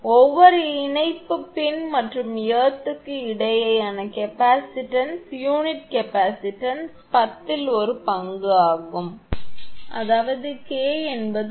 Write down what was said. ஒவ்வொரு இணைப்பு பின் மற்றும் எர்த்க்கு இடையேயான கெப்பாசிட்டன்ஸ் யூனிட் சுய கெப்பாசிட்டன்ஸ் பத்தில் ஒரு பங்கு ஆகும் அதாவது K என்பது உண்மையில் 0